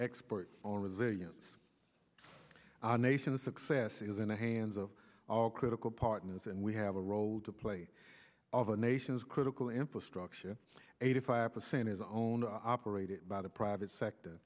expert on resilience our nation's success is in the hands of our critical partners and we have a role to play of the nation's critical infrastructure eighty five percent is owner operated by the private sector